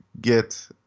get